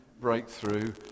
breakthrough